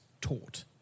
taught